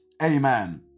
amen